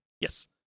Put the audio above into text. yes